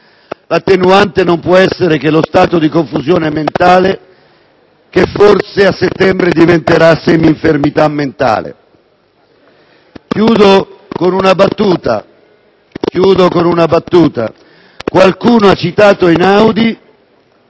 L'attenuante non può essere che lo stato di confusione mentale, che forse a settembre diventerà seminfermità mentale. Chiudo con una battuta: qualcuno ha citato Einaudi